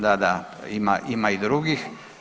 Da, da ima i drugih.